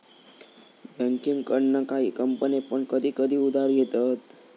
बँकेकडना काही कंपने पण कधी कधी उधार घेतत